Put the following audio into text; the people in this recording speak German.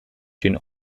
den